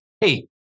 hey